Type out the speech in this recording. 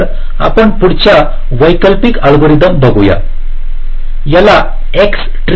तरआपण पुढच्या वैकल्पिक अल्गोरिदमबघूया याला एक्स ट्री असे म्हणतात